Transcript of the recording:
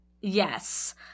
Yes